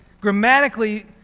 Grammatically